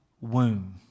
womb